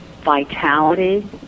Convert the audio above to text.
vitality